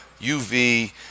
uv